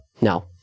No